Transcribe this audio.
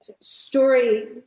story